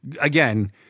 Again